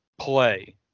play